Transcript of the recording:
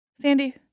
Sandy